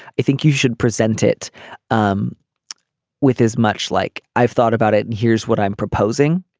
i think you should present it um with as much like i've thought about it. and here's what i'm proposing.